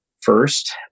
first